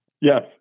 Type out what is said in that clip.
Yes